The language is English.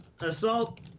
Assault